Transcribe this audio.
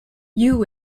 you